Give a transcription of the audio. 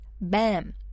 Bam